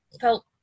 felt